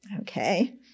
Okay